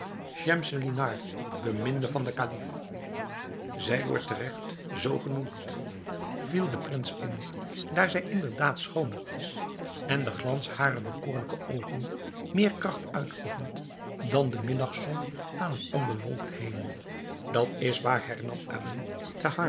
schemselnihar beminde van den kalif zij wordt teregt zoo genoemd viel de prins in daar zij inderdaad schooner is en de glans harer behoorlijke oogen meer kracht uitoefent dan de middagzon aan een onbewolkten hemel dat is waar